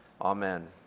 amen